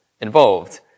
involved